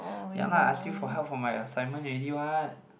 ya lah ask you for help for my assignment already what